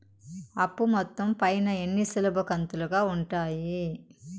అప్పు మొత్తం పైన ఎన్ని సులభ కంతులుగా ఉంటాయి?